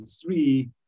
three